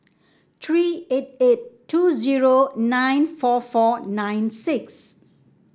three eight eight two zero nine four four nine six